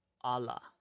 Allah